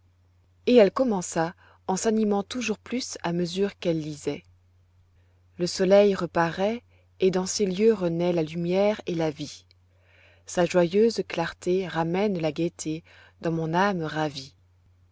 et elle commença en s'animant toujours plus à mesure qu'elle lisait le soleil reparaît et dans ces lieux renaît la lumière et la vie sa joyeuse clarté ramène la gaîté dans mon âme ravie